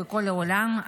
בכל העולם,